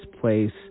place